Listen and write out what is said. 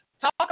talk